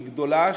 שהיא גדולה,